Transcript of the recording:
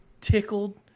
tickled